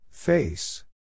Face